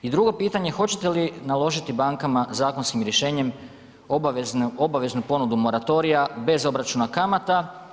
I drugo pitanje hoćete li naložiti bankama zakonskim rješenjem obaveznu ponudu moratorija bez obračuna kamata?